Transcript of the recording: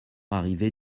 arrivait